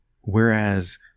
whereas